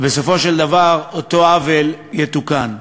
ובסופו של דבר אותו עוול יתוקן.